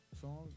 songs